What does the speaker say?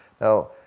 Now